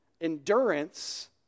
Endurance